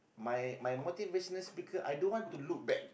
my my motivational speaker I don't want to look back